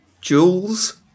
Jules